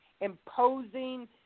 imposing